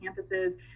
campuses